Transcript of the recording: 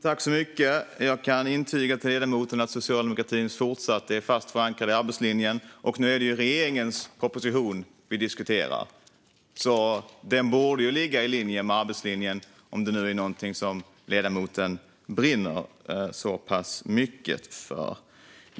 Fru talman! Jag kan intyga för ledamoten att socialdemokratin fortsatt är fast förankrad i arbetslinjen, men nu är det regeringens proposition vi diskuterar. Den borde ligga i linje med arbetslinjen, om det nu är något som ledamoten brinner så pass mycket för.